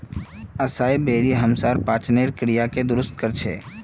असाई बेरी हमसार पाचनेर क्रियाके दुरुस्त कर छेक